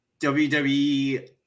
WWE